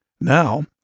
Now